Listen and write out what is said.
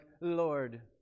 Lord